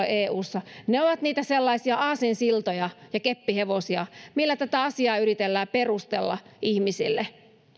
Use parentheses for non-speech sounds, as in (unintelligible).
(unintelligible) eussa ne ovat niitä sellaisia aasinsiltoja ja keppihevosia millä tätä asiaa yritetään perustella ihmisille